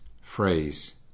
phrase